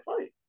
fight